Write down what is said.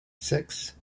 six